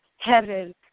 Heaven